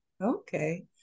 okay